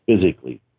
physically